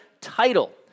title